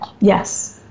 Yes